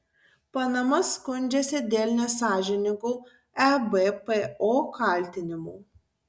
panama skundžiasi dėl nesąžiningų ebpo kaltinimų